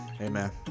Amen